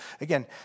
Again